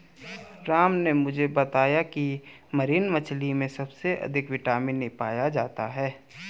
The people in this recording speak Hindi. राम ने मुझे बताया की मरीन मछली में सबसे अधिक विटामिन ए पाया जाता है